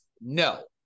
No